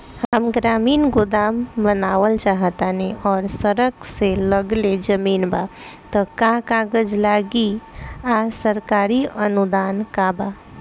हम ग्रामीण गोदाम बनावल चाहतानी और सड़क से लगले जमीन बा त का कागज लागी आ सरकारी अनुदान बा का?